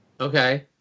Okay